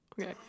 Okay